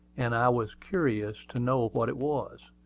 and i was curious to know what it was.